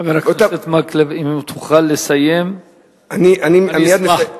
חבר הכנסת מקלב, אם תוכל לסיים אני אשמח.